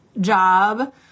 job